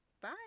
bye